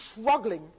struggling